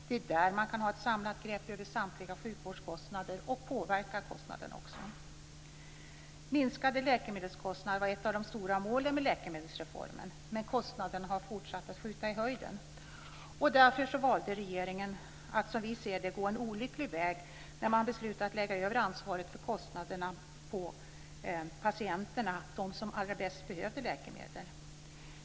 Det är där man kan ha ett samlat grepp över samtliga sjukvårdskostnader och också påverka kostnaderna. Minskade läkemedelskostnader var ett av de stora målen med läkemedelsreformen, men kostnaderna har fortsatt att skjuta i höjden. Därför valde regeringen att, som vi ser det, gå en olycklig väg när man beslutade att lägga över ansvaret för kostnaderna på patienterna, på dem som allra bäst behöver läkemedel.